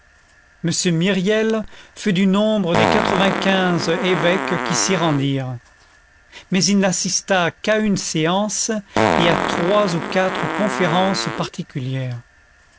m myriel fut du nombre des quatre-vingt-quinze évêques qui s'y rendirent mais il n'assista qu'à une séance et à trois ou quatre conférences particulières